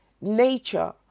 nature